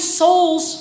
souls